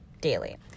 Daily